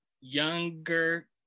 younger